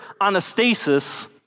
anastasis